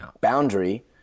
boundary